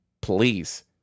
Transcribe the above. please